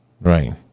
Right